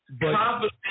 confidence